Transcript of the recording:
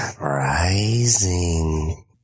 Rising